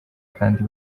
kandi